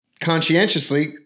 conscientiously